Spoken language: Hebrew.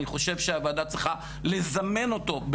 אני חושב שהוועדה צריכה לזמן אותו,